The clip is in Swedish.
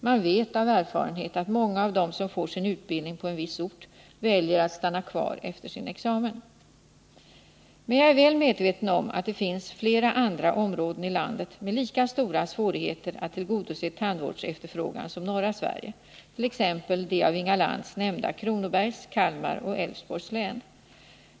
Man vet av erfarenhet att många av dem som får sin utbildning på en viss ort väljer att stanna kvar efter sin examen. Jag är emellertid väl medveten om att det finns flera andra områden i landet med lika stora svårigheter att tillgodose tandvårdsefterfrågan som norra Sverige, t.ex. de av Inga Lantz nämnda länen Kronobergs län, Kalmar län och Älvsborgs län.